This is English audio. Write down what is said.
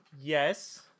Yes